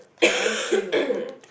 thank you